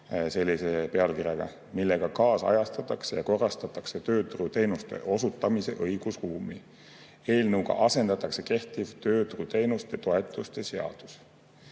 sellise pealkirjaga –, millega kaasajastatakse ja korrastatakse tööturuteenuste osutamise õigusruumi. Eelnõuga asendatakse kehtiv tööturuteenuste ja -toetuste seadus.